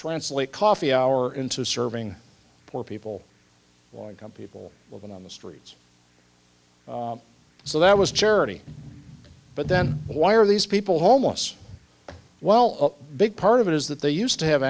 translate coffee hour into serving poor people or income people living on the streets so that was charity but then why are these people homeless well big part of it is that they used to have